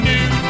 New